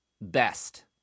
best